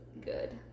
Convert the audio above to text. good